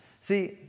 See